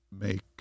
make